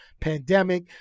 pandemic